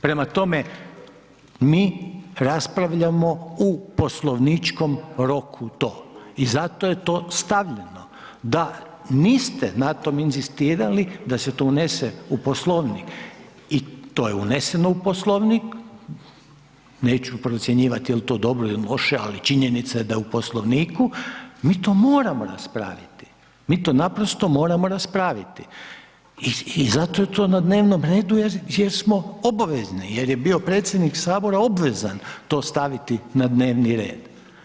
Prema tome, mi raspravljamo u poslovničkom roku to i zato je to stavljeno, da niste na tom inzistirali da se to unese u Poslovnik i to je uneseno u Poslovnik, neću procjenjivati jel to dobro ili loše ali činjenica je da je u Poslovniku, mi to moramo raspraviti, mi to naprosto moramo raspraviti i zato je to na dnevnom redu jer smo obavezni jer je bio predsjednik Sabora obvezan to staviti na dnevni red.